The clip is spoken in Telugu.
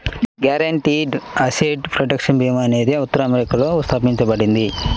గ్యారెంటీడ్ అసెట్ ప్రొటెక్షన్ భీమా అనేది ఉత్తర అమెరికాలో స్థాపించబడింది